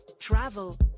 Travel